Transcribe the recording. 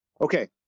Okay